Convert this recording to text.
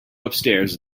upstairs